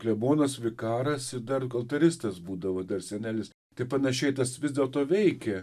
klebonas vikaras ir dar altaristas būdavo dar senelis tai panašiai tas vis dėlto veikė